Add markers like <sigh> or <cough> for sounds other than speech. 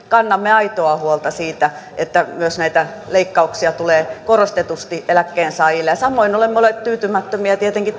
<unintelligible> kannamme aitoa huolta siitä että myös näitä leikkauksia tulee korostetusti eläkkeensaajille samoin olemme olleet tyytymättömiä tietenkin <unintelligible>